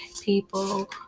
people